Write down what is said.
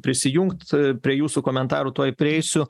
prisijungt prie jūsų komentarų tuoj prieisiu